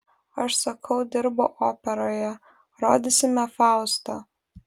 aš sakau dirbu operoje rodysime faustą